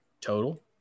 total